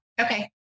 Okay